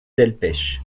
delpech